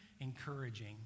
encouraging